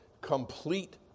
complete